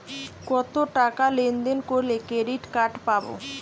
কতটাকা লেনদেন করলে ক্রেডিট কার্ড পাব?